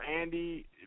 Andy